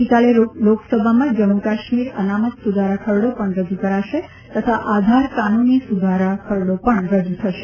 આવતીકાલે લોકસભામાં જમ્મુ કાશ્મીર અનામત સુધારા ખરડી પણ રજુ કરાશે તથા આધાર કાનુની સુધારા ખરડો પણ રજુ થશે